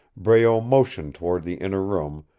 breault motioned toward the inner room,